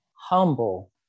humble